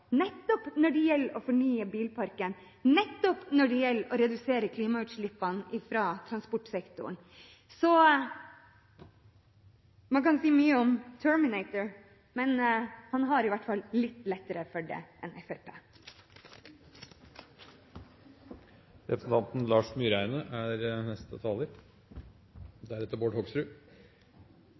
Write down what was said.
nettopp når det gjelder å fornye bilparken, nettopp når det gjelder å redusere klimautslippene fra transportsektoren. Så man kan si mye om Terminator, men han har i hvert fall litt lettere for det enn